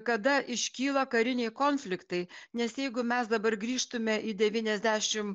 kada iškyla kariniai konfliktai nes jeigu mes dabar grįžtume į devyniasdešim